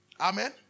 Amen